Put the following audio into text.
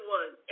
one